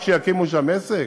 רק שיקימו שם עסק?